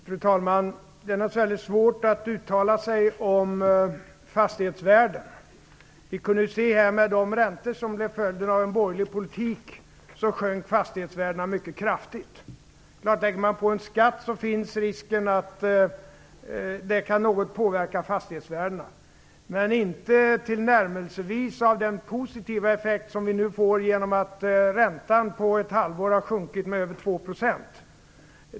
Fru talman! Det är naturligtvis väldigt svårt att uttala sig om fastighetsvärden. Men med de räntor som blev följden av en borgerlig politik kunde vi ju se att fastighetsvärdena sjönk mycket kraftigt. Lägger man på en skatt finns självklart risken att det kan påverka fastighetsvärdena något, men inte tillnärmelsevis den positiva effekt som vi nu får genom att räntan på ett halvår har sjunkit med över 2 %.